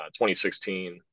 2016